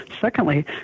Secondly